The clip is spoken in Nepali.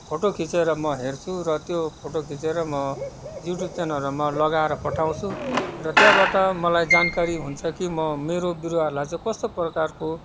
फोटो खिचेर म हेर्छु र त्यो फोटो खिचेर युट्युब च्यानलहरूमा लगाएर पठाउँछु र त्यहाँबाट मलाई जानकारी हुन्छ कि म मेरो बिरुवाहरलाई चाहिँ कस्तो प्रकारको